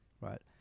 right